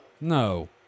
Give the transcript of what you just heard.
no